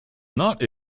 not